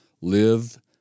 Live